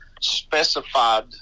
specified